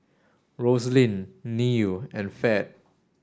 Roslyn Neal and Fed